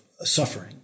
suffering